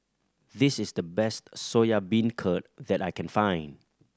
this is the best Soya Beancurd that I can find